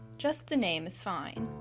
just the name is fine.